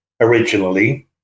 originally